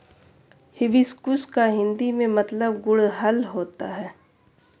hibiscus का हिंदी में मतलब गुड़हल होता है